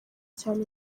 cyane